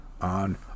on